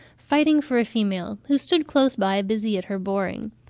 fighting for a female, who stood close by busy at her boring.